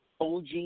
OG